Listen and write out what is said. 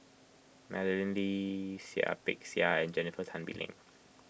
Madeleine Lee Seah Peck Seah and Jennifer Tan Bee Leng